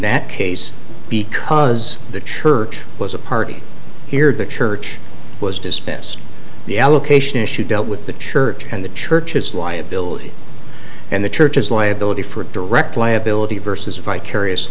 that case because the church was a party here the church was dispensed the allocation issue dealt with the church and the churches liability and the churches liability for direct liability versus vicarious